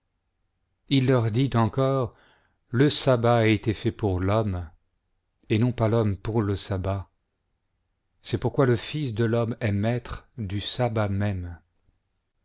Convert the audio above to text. il leur dit encore le sabbat a été fait pour l'homme et non pas l'homme pour le sabbat c'est pourquoi le fils de l'homme est maître du sabbat même